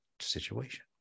situation